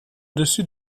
dessus